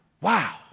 wow